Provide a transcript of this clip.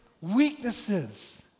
weaknesses